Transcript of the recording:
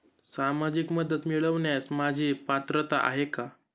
सामाजिक मदत मिळवण्यास माझी पात्रता आहे का?